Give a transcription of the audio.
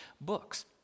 Books